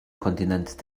kontinent